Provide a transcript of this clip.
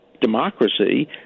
democracy